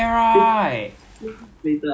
actually okay lah err as in like